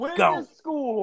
go